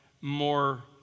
more